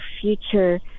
future